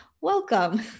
welcome